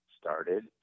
started